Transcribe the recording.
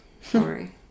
Sorry